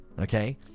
okay